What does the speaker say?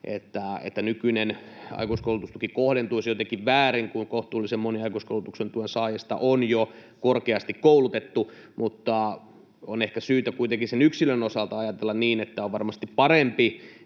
että nykyinen aikuiskoulutustuki kohdentuisi jotenkin väärin, kun kohtuullisen moni aikuiskoulutustuen saajista on jo korkeasti koulutettu. Mutta on ehkä syytä kuitenkin sen yksilön osalta ajatella niin, että on varmasti parempi,